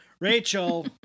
Rachel